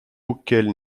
auquel